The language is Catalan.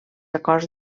acords